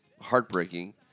heartbreaking